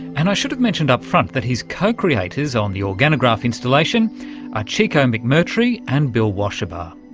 and i should have mentioned up front that his co-creators on the organograph installation are chico macmurtrie and bill washabaugh.